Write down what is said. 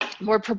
more